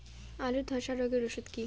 আলুর ধসা রোগের ওষুধ কি?